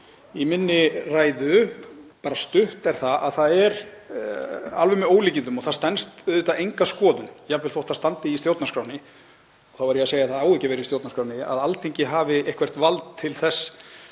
minni, bara stutt, er það að það er alveg með ólíkindum og stenst auðvitað enga skoðun, jafnvel þótt það standi í stjórnarskránni — þá verð ég að segja að það á ekki að vera í stjórnarskránni — að Alþingi hafi eitthvert vald til þess